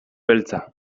beltza